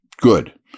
Good